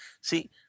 see